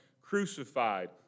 crucified